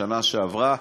בשנה שעברה.